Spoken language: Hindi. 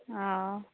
आँ